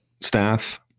staff